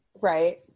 Right